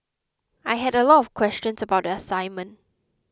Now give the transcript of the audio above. I had a lot of questions about the assignment